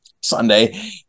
Sunday